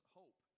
hope